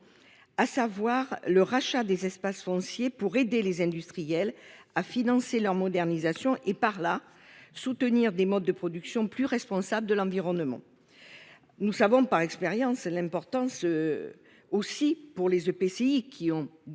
à savoir le rachat des espaces fonciers pour aider les industriels à financer leur modernisation, ce qui reviendrait à soutenir des modes de production plus responsables de l'environnement. Nous savons par expérience l'importance pour les EPCI, qui ont désormais